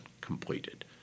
completed